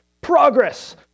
progress